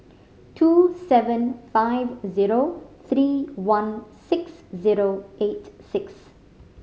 two seven five zero three one six zero eight six